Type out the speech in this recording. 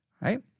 right